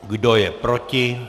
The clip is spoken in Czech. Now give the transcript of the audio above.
Kdo je proti?